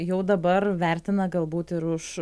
jau dabar vertina galbūt ir už